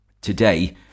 Today